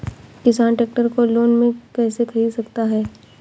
किसान ट्रैक्टर को लोन में कैसे ख़रीद सकता है?